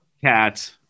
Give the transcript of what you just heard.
cat